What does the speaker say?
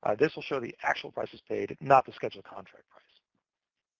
ah this will show the actual prices paid, not the scheduled contract price.